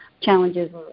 challenges